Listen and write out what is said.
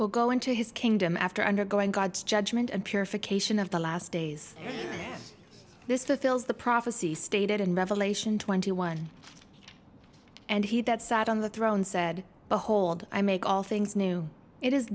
will go into his kingdom after undergoing god's judgment of purification of the last days this fulfills the prophecy stated in revelation twenty one and he that sat on the throne said behold i make all things new it is